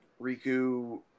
Riku